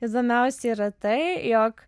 įdomiausia yra tai jog